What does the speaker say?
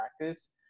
practice